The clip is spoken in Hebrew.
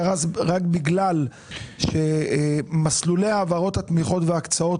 קרס רק בגלל שמסלולי העברות התמיכות וההקצאות